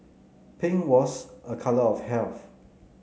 pink was a colour of health